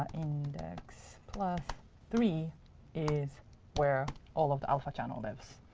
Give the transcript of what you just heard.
index plus three is where all of the alpha channel lives.